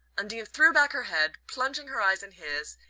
undine threw back her head, plunging her eyes in his,